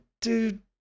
dude